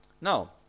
Now